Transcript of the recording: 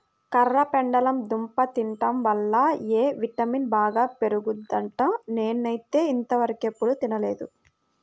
కర్రపెండలం దుంప తింటం వల్ల ఎ విటమిన్ బాగా పెరుగుద్దంట, నేనైతే ఇంతవరకెప్పుడు తినలేదు